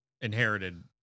inherited